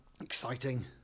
Exciting